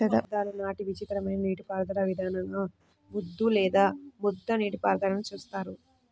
శతాబ్దాల నాటి విచిత్రమైన నీటిపారుదల విధానంగా ముద్దు లేదా ముద్ద నీటిపారుదలని చూస్తారు